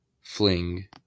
fling